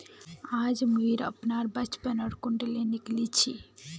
आज मुई अपनार बचपनोर कुण्डली निकली छी